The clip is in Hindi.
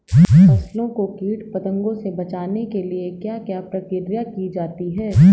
फसलों को कीट पतंगों से बचाने के लिए क्या क्या प्रकिर्या की जाती है?